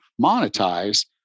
monetize